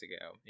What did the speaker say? ago